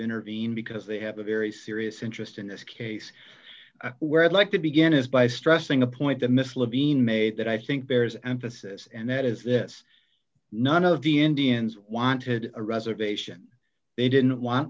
intervene because they have a very serious interest in this case where i'd like to begin is by stressing a point the miss levine made that i think bears emphasis and that is this none of you indians wanted a reservation they didn't want